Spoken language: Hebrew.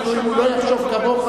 אפילו אם הוא לא יחשוב כמוך,